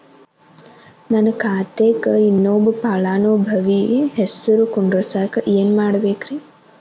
ನನ್ನ ಖಾತೆಕ್ ಇನ್ನೊಬ್ಬ ಫಲಾನುಭವಿ ಹೆಸರು ಕುಂಡರಸಾಕ ಏನ್ ಮಾಡ್ಬೇಕ್ರಿ?